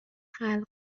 خلق